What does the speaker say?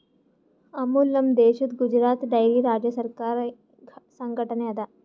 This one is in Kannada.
ಅಮುಲ್ ನಮ್ ದೇಶದ್ ಗುಜರಾತ್ ಡೈರಿ ರಾಜ್ಯ ಸರಕಾರಿ ಸಂಘಟನೆ ಅದಾ